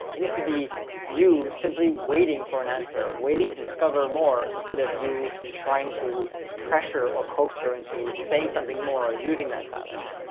it needs to be you simply waiting for an answer, waiting to discover more instead of you trying to pressure or coax her into saying something more, or using that silence.